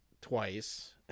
twice